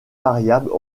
variables